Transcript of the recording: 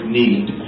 need